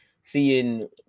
seeing